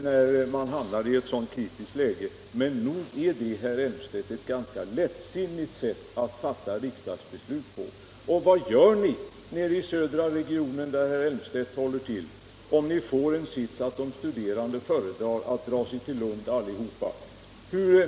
— Nog är det, herr Elmstedt, ett ganska lättsinnigt sätt att fatta riksdagsbeslut på! Och vad gör ni nere i södra regionen, där herr Elmstedt håller till, om det visar sig att de studerande inom det s.k. fria området föredrar att dra sig till Lund?